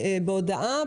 בהודעה,